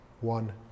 one